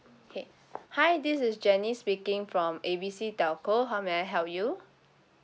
okay hi this is jenny speaking from A B C telco how may I help you